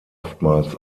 oftmals